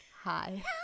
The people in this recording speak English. Hi